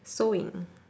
sewing